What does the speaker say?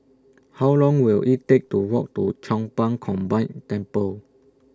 How Long Will IT Take to Walk to Chong Pang Combined Temple